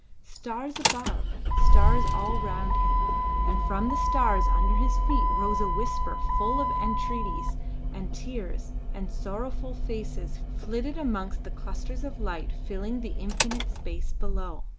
stars above, stars all round him and from the stars under his feet rose a whisper full of entreaties and tears, and sorrowful faces flitted amongst the clusters of light filling the infinite space below.